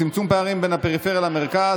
צמצום פערים בין הפריפריה למרכז),